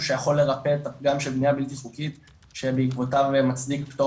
שיכול לרפא את הפגם של בנייה בלתי חוקית שבעקבותיו מצדיק פטור